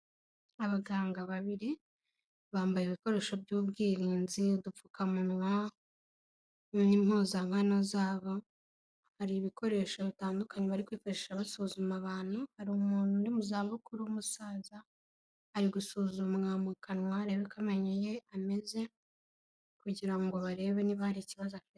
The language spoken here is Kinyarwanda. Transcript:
Abaganga babiri, bambaye ibikoresho by'ubwirinzi udupfukamunwa n'impuzankano zabo, hari ibikoresho bitandukanye bari kwifashisha basuzuma abantu, hari umuntu uri mu zabukuru w'umusaza, ari gusuzumwa mu kanwa arebe uko amenyo ye ameze, kugira ngo barebe niba hari ikibazo afite.